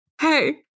Hey